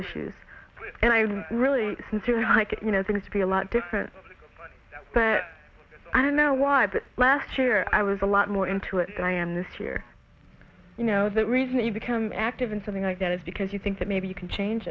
issues and i really like you know things be a lot different but i don't know why but last year i was a lot more into it than i am this year you know the reason you become active in something like that is because you think that maybe you can change